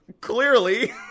clearly